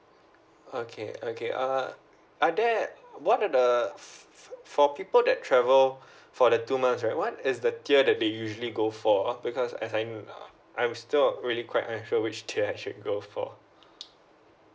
okay okay uh are that what are the for people that travel for the two months right what is the tier that they usually go for because as I'm I'm still really quite unsure which tier I should go for